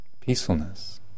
peacefulness